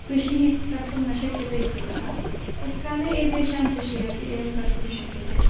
कृषिः कर्तुं न शक्यते इत्यतः तत्काले एतेषां कृषिः अपि एवं कर्तुं शक्यते